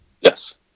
Yes